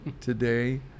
today